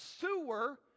sewer